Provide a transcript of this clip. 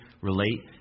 relate